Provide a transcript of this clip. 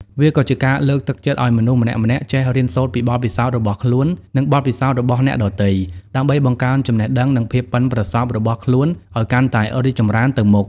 វាក៏ជាការលើកទឹកចិត្តឱ្យមនុស្សម្នាក់ៗចេះរៀនសូត្រពីបទពិសោធន៍របស់ខ្លួន និងបទពិសោធន៍របស់អ្នកដទៃ ដើម្បីបង្កើនចំណេះដឹង និងភាពប៉ិនប្រសប់របស់ខ្លួនឱ្យកាន់តែរីកចម្រើនទៅមុខ។